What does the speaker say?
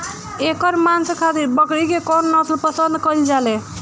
एकर मांस खातिर बकरी के कौन नस्ल पसंद कईल जाले?